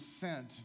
sent